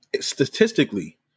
statistically